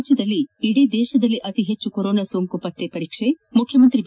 ರಾಜ್ಯದಲ್ಲಿ ದೇಶದಲ್ಲೇ ಅತಿ ಹೆಚ್ಚು ಕೊರೊನಾ ಸೋಂಕು ಪತ್ತೆ ಪರೀಕ್ಷೆ ಮುಖ್ಯಮಂತ್ರಿ ಬಿ